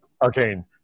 Arcane